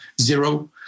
zero